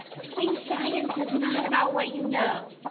doing science is not about what you know.